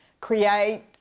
create